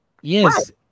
Yes